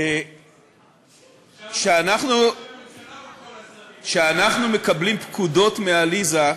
כשאנחנו מקבלים פקודות מעליזה,